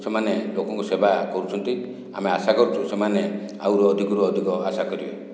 ସେମାନେ ଲୋକଙ୍କ ସେବା କରୁଛନ୍ତି ଆମେ ଆଶା କରୁଛୁ ସେମାନେ ଆହୁରି ଅଧିକରୁ ଅଧିକ ଆଶା କରିବେ